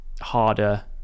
harder